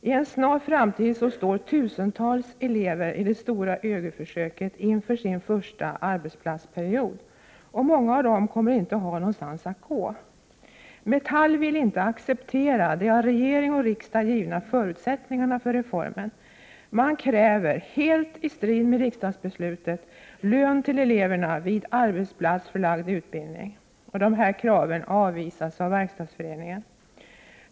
Inom en snar framtid står tusentals elever i det stora ÖGY-försöket inför sin första arbetsplatsperiod, och många av dem kommer inte att ha någon arbetsplats att gå till. Metall vill inte acceptera de av regering och riksdag givna förutsättningarna för reformen. Man kräver, helt i strid med riksdagsbeslutet, lön till eleverna vid arbetplatsförlagd utbildning. Dessa krav avvisas av Verkstadsföreningen.